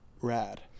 rad